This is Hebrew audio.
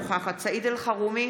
אינה נוכחת סעיד אלחרומי,